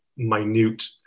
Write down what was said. minute